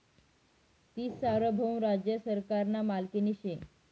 ती सार्वभौम राज्य सरकारना मालकीनी शे